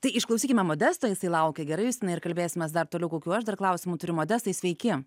tai išklausykime modesto jisai laukia gerai justinai ir kalbėsimės dar toliau kokių aš dar klausimų turiu modestai sveiki